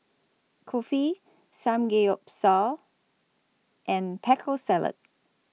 Kulfi Samgeyopsal and Taco Salad